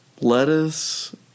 lettuce